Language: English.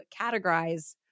categorize